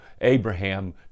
Abraham